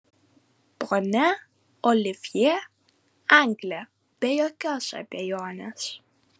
ponia olivjė anglė be jokios abejonės